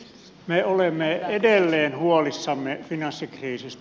me olemme edelleen huolissamme finanssikriisistä